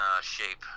shape